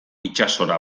itsasora